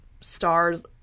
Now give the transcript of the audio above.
stars